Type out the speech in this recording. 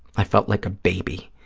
i felt like a baby.